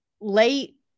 late